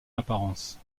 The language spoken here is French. apparence